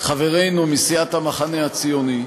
חברינו מסיעת המחנה הציוני,